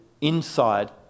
inside